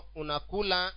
unakula